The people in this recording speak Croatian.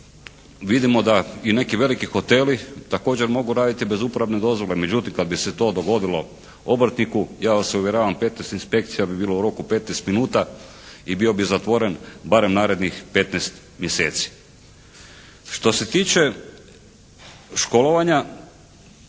Vidimo da i neki veliki hoteli također mogu raditi bez uporabne dozvole. Međutim kada bi se to dogodilo obrtniku, ja vas uvjeravam 15 inspekcija bi bilo u roku 15 minuta i bio bi zatvoren barem narednih 15 mjeseci. Što se tiče školovanja,